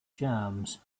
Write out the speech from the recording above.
jams